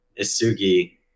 Isugi